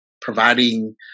providing